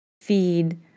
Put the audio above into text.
feed